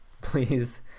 please